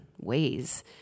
ways